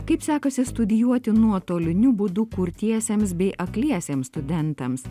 kaip sekasi studijuoti nuotoliniu būdu kurtiesiems bei akliesiems studentams